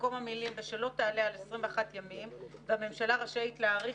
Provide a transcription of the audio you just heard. במקום המילים "ושלא תעלה על 21 ימים והממשלה רשאית להאריך